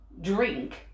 drink